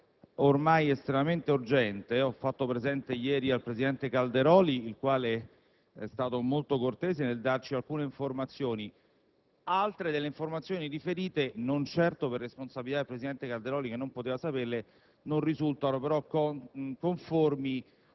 ormai estremamente urgente e che ho fatto presente ieri al presidente Calderoli, il quale è stato molto cortese nel fornirci alcune informazioni; altre informazioni riferite (non certo per responsabilità del presidente Calderoli, che non poteva saperle) non risultano però conformi